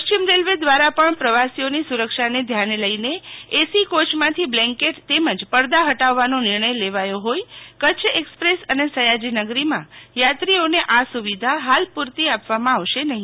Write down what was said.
પશ્ચિમ રેલ્વે દ્વારા પણ પ્રવાસીઓની સુરક્ષાને ધ્યાને લઈને એસી કોચમાંથી બ્લેન્કેટ તેમજ પડદા હટાવવાનો નિર્ણય લેવાયો હોઈ કચ્છ એક્સપ્રેસ અને સયાજીનગરીમાં યાત્રીઓને આ સુવિધા હાલ પુરતી આપવામાં આવશે નહીં